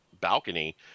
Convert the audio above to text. balcony